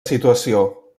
situació